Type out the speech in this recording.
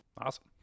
awesome